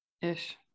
ish